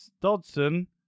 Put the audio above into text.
Dodson